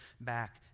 back